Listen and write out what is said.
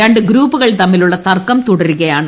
രണ്ടു ഗ്രൂപ്പുകൾ തമ്മിലുള്ള തർക്കം തുടരുകയാണ്